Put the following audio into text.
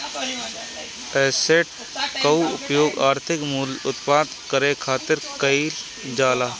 asset कअ उपयोग आर्थिक मूल्य उत्पन्न करे खातिर कईल जाला